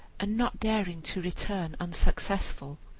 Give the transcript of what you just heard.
and not daring to return unsuccessful,